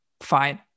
Fine